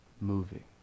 moving